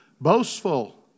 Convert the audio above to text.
Boastful